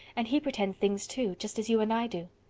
and he pretends things too, just as you and i do.